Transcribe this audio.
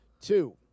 Two